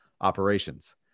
operations